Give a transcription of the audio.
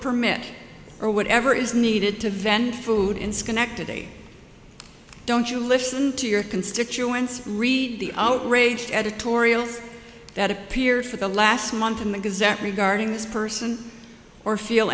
permit or whatever is needed to vent food in schenectady don't you listen to your constituents read the outraged editorials that appeared for the last month and the exact regarding this person or feel